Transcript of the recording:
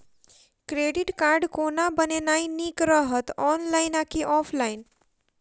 Credit card कोना बनेनाय नीक रहत? ऑनलाइन आ की ऑफलाइन?